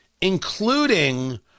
including